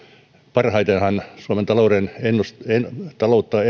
parhaitenhan suomen taloutta